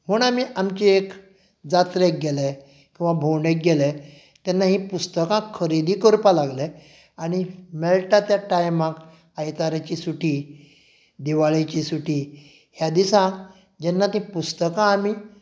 म्हूण आमी आमचे एक जात्रेक गेले वा भोंवडेक गेले तेन्ना हीं पुस्तकां खरेदी करपाक लागले आनी मेळटा त्या टायमाक आयताराची सुटी दिवाळेची सुटी ह्या दिसांत जेन्ना तीं पुस्तकां आमी